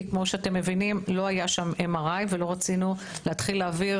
כי כמו שאתם מבינים לא היה שם MRI ולא רצינו להתחיל להעביר